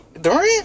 Durant